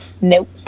Nope